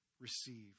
receive